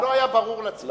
זה לא היה ברור לציבור.